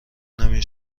نمی